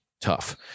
tough